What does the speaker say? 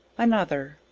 another.